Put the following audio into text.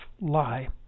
lie